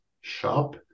shop